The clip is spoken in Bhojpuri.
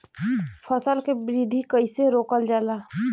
फसल के वृद्धि कइसे रोकल जाला?